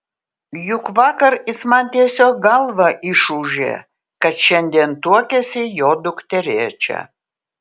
juk vakar jis man tiesiog galvą išūžė kad šiandien tuokiasi jo dukterėčia